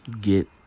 get